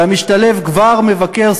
והמשתלב כבר מבקר,